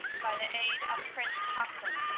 by the aid of prince hassan,